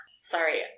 sorry